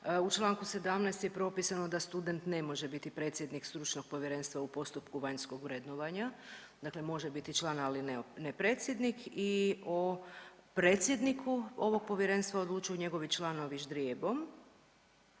U čl. 17. je propisano da student ne može biti predsjednik stručnog povjerenstva u postupku vanjskog vrednovanja, dakle može biti član, ali ne, ne predsjednik i o predsjedniku ovog povjerenstva odlučuju njegovi članovi ždrijebom.